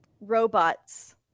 robots